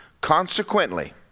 Consequently